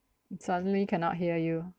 suddenly cannot hear you